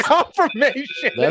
Confirmation